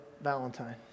valentine